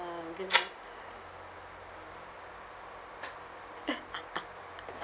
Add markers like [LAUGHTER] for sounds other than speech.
[LAUGHS]